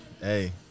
hey